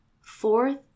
Fourth